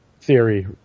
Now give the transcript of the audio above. theory